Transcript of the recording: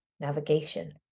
Navigation